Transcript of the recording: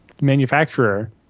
manufacturer